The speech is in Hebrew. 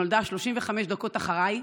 שנולדה 35 דקות אחריי,